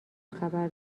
خبر